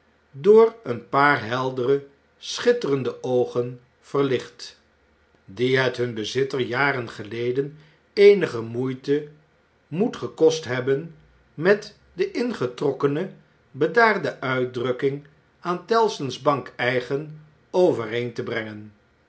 door een paar heldere schitterende oogen verlicht die het hun bezitter jaren geleden eenige moeite moet gekost hebben met de ingetrokkene bedaarde uitdrukking aan tellson's bank eigen overeen te brengen